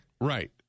Right